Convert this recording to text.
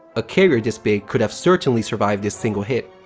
a carrier this big could have certainly survived this single hit.